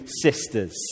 sisters